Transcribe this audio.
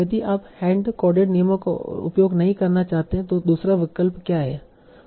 यदि आप hand coded नियमों का उपयोग नहीं करना चाहते हैं तों दूसरा विकल्प क्या है